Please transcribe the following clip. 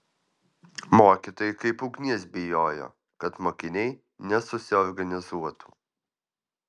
mokytojai kaip ugnies bijojo kad mokiniai nesusiorganizuotų